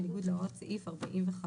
בניגוד להוראת סעיף 45(ב).